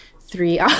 three